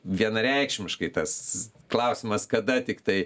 vienareikšmiškai tas klausimas kada tiktai